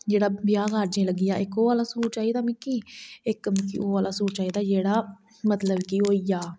जेहड़ा ब्याह कारजे च लग्गी जाए इक ओह् सूट चाहिदा मिगी इक मिगी ओह् आहला सूट चाहिदा जेहड़ा मतलब कि होई जा